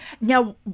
Now